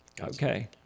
okay